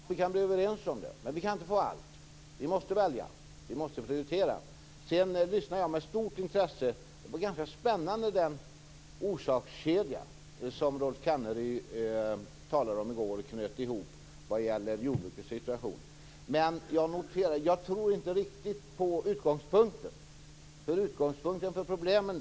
Fru talman! Det är kanske möjligt, om vi kan komma överens. Men man kan inte få allt. Vi måste välja och vi måste prioritera. Jag lyssnade med stort intresse när Rolf Kenneryd i går redogjorde för sin orsakskedja - det var ganska spännande - som han anknöt till jordbrukets situation. Men jag tror inte riktigt på utgångspunkten för problemen.